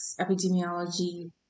epidemiology